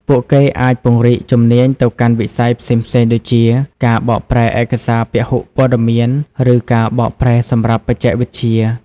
ពួកគេអាចពង្រីកជំនាញទៅកាន់វិស័យផ្សេងៗដូចជា ការបកប្រែឯកសារពហុព័ត៌មានឬការបកប្រែសម្រាប់បច្ចេកវិទ្យា។